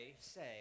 say